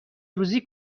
روزی